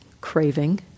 craving